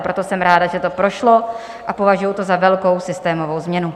Proto jsem ráda, že to prošlo, a považuji to za velkou systémovou změnu.